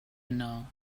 know